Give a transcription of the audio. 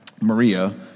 Maria